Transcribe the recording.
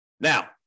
Now